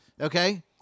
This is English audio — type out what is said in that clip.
Okay